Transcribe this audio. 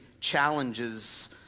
challenges